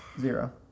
Zero